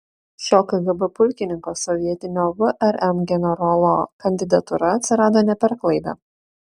šio kgb pulkininko sovietinio vrm generolo kandidatūra atsirado ne per klaidą